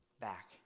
back